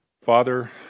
Father